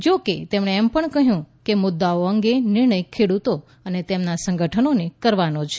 જોકે તેમણે એમ પણ કહ્યું કે મુદ્દાઓ અંગે નિર્ણય ખેડૂતો અનેતેમના સંગઠનોને કરવાનો છે